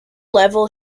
level